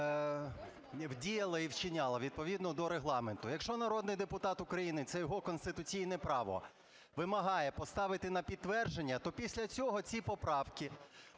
діяла, і вчиняла відповідно до Регламенту. Якщо народний депутат України, це його конституційне право, вимагає поставити на підтвердження, то після цього ці поправки